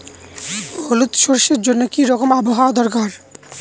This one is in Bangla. হলুদ সরষে জন্য কি রকম আবহাওয়ার দরকার?